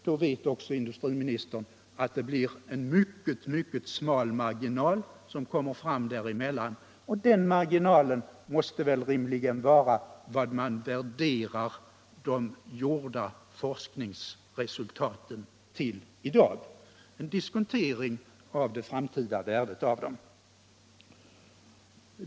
Då vet också industriminstern att det blir en synnerligen smal marginal som kommer fram däremellan. Och den marginalen måste rimligen vara vad man värderar de gjorda forskningsresultaten till i dag — en diskontering av det framtida värdet av dem.